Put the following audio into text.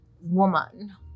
woman